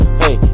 hey